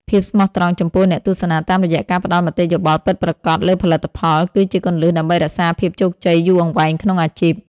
ភាពស្មោះត្រង់ចំពោះអ្នកទស្សនាតាមរយៈការផ្តល់មតិយោបល់ពិតប្រាកដលើផលិតផល គឺជាគន្លឹះដើម្បីរក្សាភាពជោគជ័យយូរអង្វែងក្នុងអាជីព។